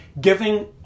giving